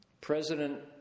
President